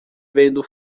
vendo